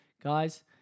Guys